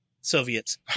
Soviets